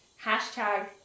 Hashtag